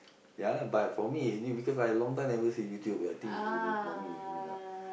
ya lah but for me it's new because I long time never see YouTube ah I think you new for me new new ah